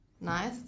Nice